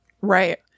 Right